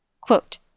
Quote